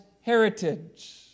heritage